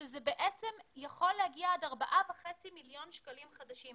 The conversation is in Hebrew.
שזה בעצם יכול להגיע עד ארבעה וחצי מיליון שקלים חדשים.